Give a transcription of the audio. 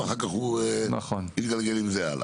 ואחר כך הוא יתגלגל עם זה הלאה.